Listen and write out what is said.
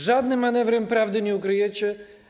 Żadnym manewrem prawdy nie ukryjecie.